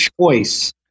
choice